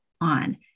on